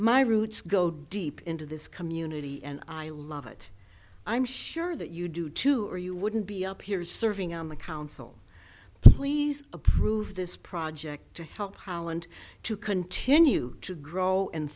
my roots go deep into this community and i love it i'm sure that you do too or you wouldn't be up here is serving on the council please approve this project to help holland to continue to grow and